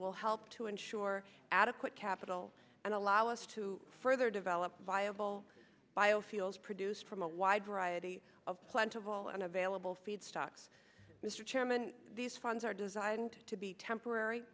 will help to ensure adequate capital and allow us to further develop viable biofuels produced from a wide variety of plentiful and available feed stocks mr chairman these funds are designed to be temporary